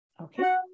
Okay